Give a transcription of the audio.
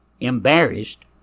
embarrassed